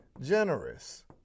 generous